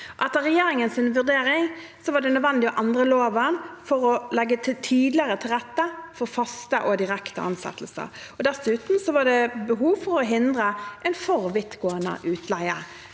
Etter regjeringens vurdering var det nødvendig å endre loven for å legge tydeligere til rette for faste og direkte ansettelser. Dessuten var det behov for å hindre en for vidtgående